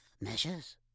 Measures